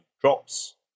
drops